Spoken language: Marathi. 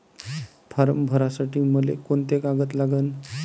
फारम भरासाठी मले कोंते कागद लागन?